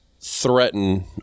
threaten